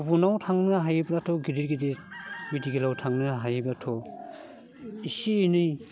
गुबुनाव थांनो हायोब्लाथ' गिदिद गिदिद मेडिकेलाव थांनो हायोब्लाथ' एसे एनै